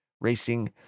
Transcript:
racing